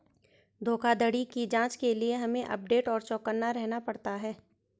धोखाधड़ी की जांच के लिए हमे अपडेट और चौकन्ना रहना पड़ता है